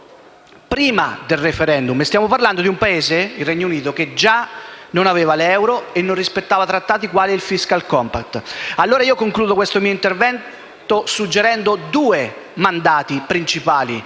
prima del *referendum* perché stiamo parlando di un Paese, il Regno Unito, che già non aveva l'euro e non rispettava trattati quali il *fiscal compact*. Concludo questo intervento suggerendo due mandati principali